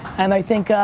and i think,